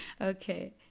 Okay